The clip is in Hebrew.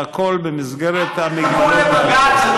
והכול במסגרת המגבלות בנושא.